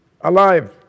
alive